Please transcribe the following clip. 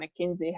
McKinsey